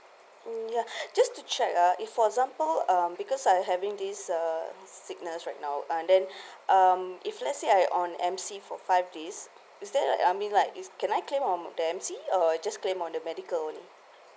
mm ya just to check ah if for example um because I having this uh sickness right now uh then um if let's say I on M_C for five days is that like I mean like is can I claim on the M_C or it just claim on the medical only